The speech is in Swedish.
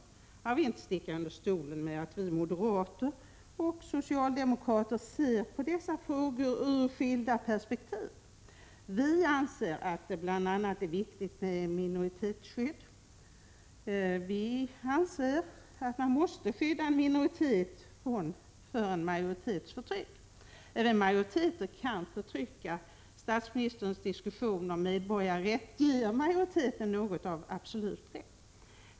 Jag vill inte sticka under stol med att moderater och socialdemokrater ser på dessa frågor ur olika perspektiv — vi anser att det bl.a. är viktigt att skydda en minoritet mot majoritetsförtryck. Även majoriteter kan förtrycka! Statsministerns diskussion om ”medborgarrätt” ger majoriteten något av en absolut rätt.